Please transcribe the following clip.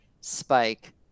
spike